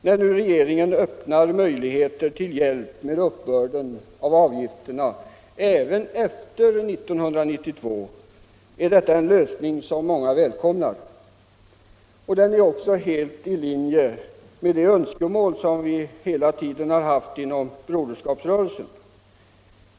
När regeringen nu öppnar möjligheter till hjälp med uppbörden av avgifterna även efter 1992 är detta en lösning som många välkomnar. Den är också helt i linje med de önskemål vi hela tiden haft inom Broderskapsrörelsen.